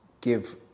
give